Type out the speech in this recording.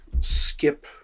skip